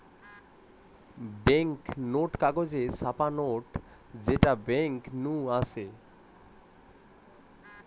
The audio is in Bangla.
বেঙ্ক নোট কাগজে ছাপা নোট যেটা বেঙ্ক নু আসে